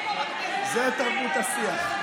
תרבות השיח.